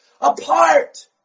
apart